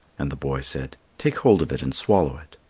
and the boy said, take hold of it and swallow it.